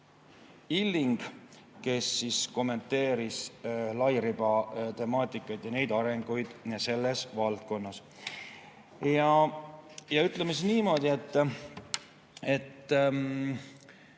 Illing, kes kommenteeris lairiba temaatikat ja arengut selles valdkonnas. Ütleme siis niimoodi, et